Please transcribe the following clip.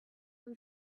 and